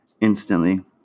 instantly